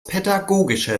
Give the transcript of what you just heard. pädagogischer